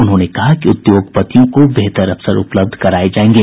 उन्होंने कहा कि उद्योपतियों को बेहतर अवसर उपलब्ध कराये जायेंगे